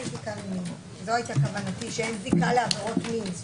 זו הייתה כוונתי, שאין זיקה לעבירות מין.